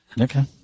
Okay